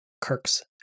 Kirk's